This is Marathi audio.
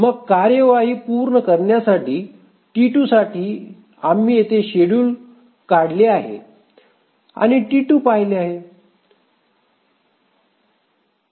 मग कार्यवाही पूर्ण करण्यासाठी T2 साठी आम्ही येथे शेड्युल काढले आहे आणि T2 पाहिले आहे